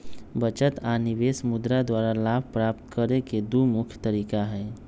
बचत आऽ निवेश मुद्रा द्वारा लाभ प्राप्त करेके दू मुख्य तरीका हई